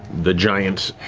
the giant,